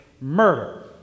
murder